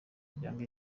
rirambye